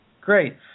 Great